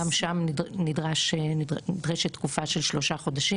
גם שם נדרשת תקופה של שלושה חודשים.